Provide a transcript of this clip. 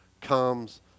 comes